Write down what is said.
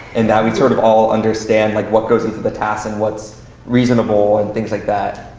and that we sort of all understand like what goes into the task and what's reasonable and things like that.